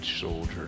soldier